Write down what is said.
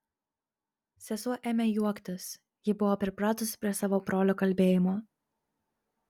sesuo ėmė juoktis ji buvo pripratusi prie savo brolio kalbėjimo